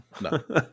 No